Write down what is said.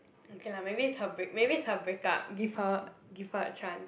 okay lah maybe it's her break maybe it's her breakup give her give her a chance